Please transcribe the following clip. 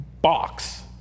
box